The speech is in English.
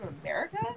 America